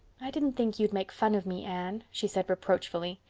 i didn't think you'd make fun of me, anne, she said reproachfully.